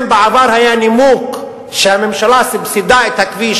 אם בעבר היה נימוק שהממשלה סבסדה את הכביש